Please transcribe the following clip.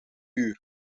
uur